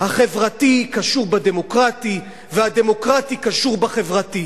החברתי קשור לדמוקרטי והדמוקרטי קשור לחברתי.